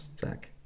Zach